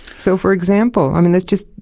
so, for example, i mean, let's just,